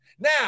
Now